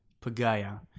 Pagaya